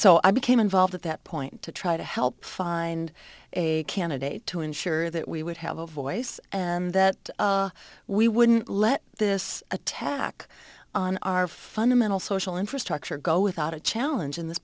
so i became involved at that point to try to help find a candidate to ensure that we would have a voice and that we wouldn't let this attack on our fundamental social infrastructure go without a challenge in th